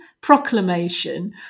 Proclamation